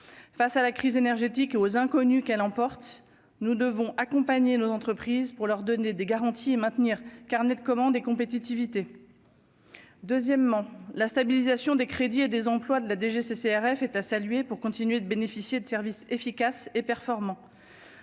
face à la crise énergétique et aux inconnus qu'elle emporte nous devons accompagner nos entreprises pour leur donner des garanties et maintenir carnet de commandes et compétitivité, deuxièmement, la stabilisation des crédits et des employes de la DGCCRF est à saluer, pour continuer de bénéficier de services efficace et performant